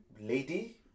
lady